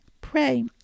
Pray